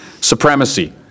supremacy